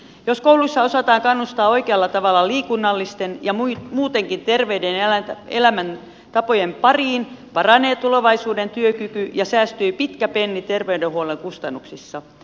jos kouluissa osataan kannustaa oikealla tavalla liikunnallisten ja muutenkin terveiden elämäntapojen pariin paranee tulevaisuuden työkyky ja säästyy pitkä penni terveydenhuollon kustannuksissa